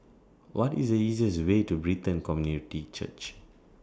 What IS The easiest Way to Brighton Community Church